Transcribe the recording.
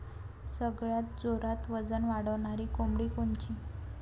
सगळ्यात जोरात वजन वाढणारी कोंबडी कोनची?